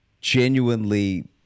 genuinely